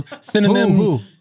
Cinnamon